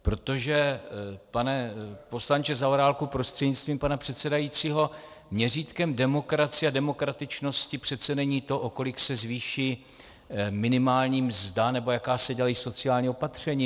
Protože, pane poslanče Zaorálku prostřednictvím pana předsedajícího, měřítkem demokracie a demokratičnosti přece není to, o kolik se zvýší minimálně mzda nebo jaká se dělají sociální opatření.